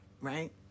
right